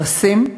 פרסים.